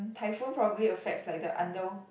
typhoon probably affects like the under